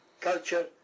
culture